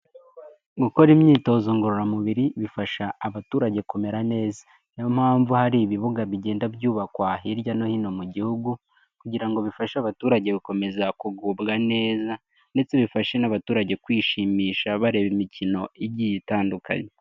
Gukora imyitozo ngororamubiri bifasha abaturage kumera neza, niyo mpamvu hari ibibuga bigenda byubakwa hirya no hino mu gihugu kugira ngo bifashe abaturage gukomeza kugubwa neza ndetse bifashe n'abaturage kwishimisha bareba imikino igiye itandukanye.